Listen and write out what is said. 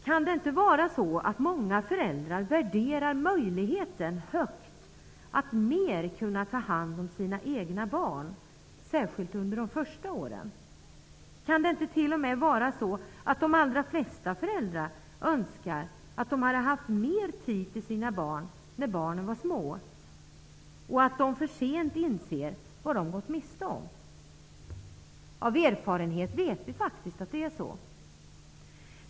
Kan det inte vara så, att många föräldrar värderar möjligheten att mer kunna ta hand om sina egna barn, särskilt under de första åren, högt? Kan det inte t.o.m. vara så, att de allra flesta föräldrar önskar att de hade haft mer tid till sina barn, när barnen var små, och att de för sent inser vad de har gått miste om? Av erfarenhet vet vi att det faktiskt är så.